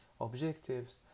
objectives